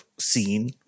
scene